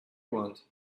want